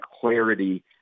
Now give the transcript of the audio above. clarity